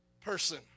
person